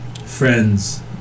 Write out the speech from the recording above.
Friends